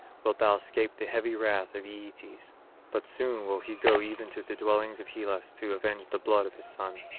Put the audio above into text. wilt thou escape the heavy wrath of aeetes but soon will he go even to the dwellings of hellas to avenge the blood of his son,